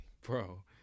bro